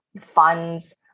funds